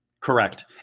Correct